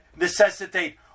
necessitate